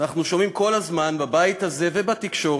אנחנו שומעים כל הזמן, בבית הזה ובתקשורת,